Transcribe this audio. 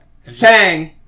Sang